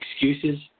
excuses